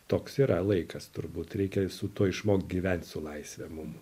toks yra laikas turbūt reikia su tuo išmokt gyvent su laisve mum